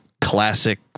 classic